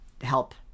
help